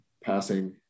passing